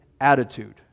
attitude